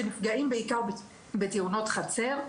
שנפגעים בעיקר בתאונות חצר,